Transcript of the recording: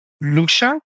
Lucia